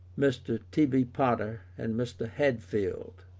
mr. t b. potter, and mr. hadfield.